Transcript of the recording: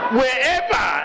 wherever